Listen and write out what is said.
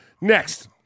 Next